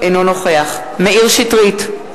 אינו נוכח מאיר שטרית,